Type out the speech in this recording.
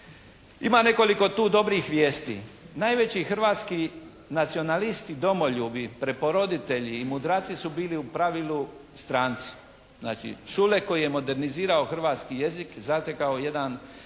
Ima nekoliko tu dobrih vijesti. Najveći hrvatski nacionalisti i domoljubi, preporoditelji i mudraci su bili u pravilu stranci. Znači Šulek koji je modernizirao hrvatski jezik, zatekao jedan